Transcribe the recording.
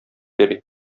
йөри